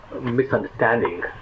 misunderstanding